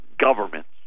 governments